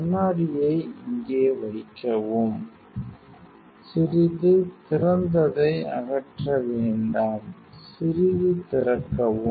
கண்ணாடியை இங்கே வைக்கவும் பார்க்க Ti 3103 சிறிது திறந்ததை அகற்ற வேண்டாம் சிறிது திறக்கவும்